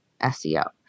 SEO